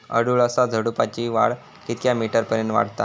अडुळसा झुडूपाची वाढ कितक्या मीटर पर्यंत वाढता?